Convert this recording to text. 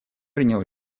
принял